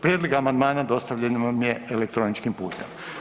Prijedlog amandmana dostavljen vam je elektroničkim putem.